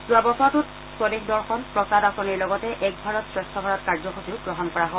যোৱা বছৰটোত স্বদেশ দৰ্শন প্ৰসাদ আঁচনিৰ লগতে এক ভাৰত শ্ৰেষ্ঠ ভাৰত কাৰ্যসূচীও গ্ৰহণ কৰা হয়